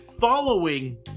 following